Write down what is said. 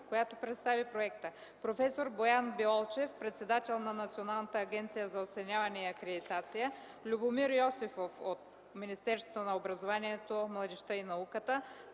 която представи проекта; проф. Боян Биолчев – председател на Националната агенция за оценяване и акредитация; Любомир Йосифов от Министерството на образованието, младежта и науката;